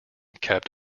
kept